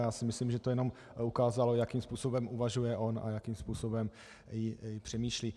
Já si myslím, že to jenom ukázalo, jakým způsobem uvažuje on a jakým způsobem přemýšlí.